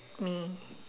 me